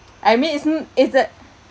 I mean it's m~ is a